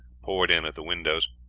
poured in at the windows.